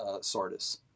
Sardis